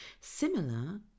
Similar